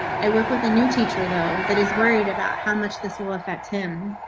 i work with a new teacher, though that is worried about how much this will affect him.